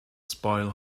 spoil